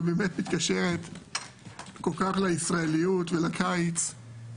באמת שכל כך מתקשרת לישראליות ולקיץ.